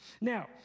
Now